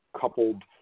coupled